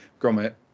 grommet